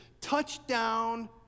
touchdown